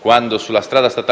quando sulla strada statale 195 esistono progetti da trent'anni che l'ANAS non porta a compimento.